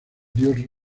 dios